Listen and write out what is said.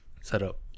setup